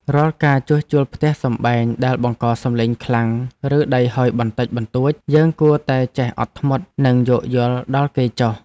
រាល់ការជួសជុលផ្ទះសម្បែងដែលបង្កសំឡេងខ្លាំងឬដីហុយបន្តិចបន្តួចយើងគួរតែចេះអត់ធ្មត់និងយោគយល់ដល់គេចុះ។